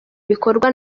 bikorwa